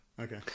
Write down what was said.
okay